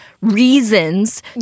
reasons